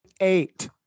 Eight